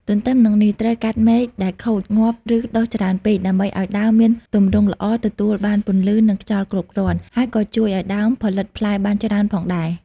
ទន្ទឹមនឹងនេះ ត្រូវកាត់មែកដែលខូច ងាប់ ឬដុះច្រើនពេក ដើម្បីឱ្យដើមមានទម្រង់ល្អ ទទួលបានពន្លឺ និងខ្យល់គ្រប់គ្រាន់ ហើយក៏ជួយឱ្យដើមផលិតផ្លែបានច្រើនផងដែរ។